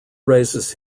raises